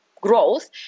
growth